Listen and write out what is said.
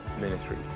ministry